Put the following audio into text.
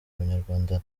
abanyarwanda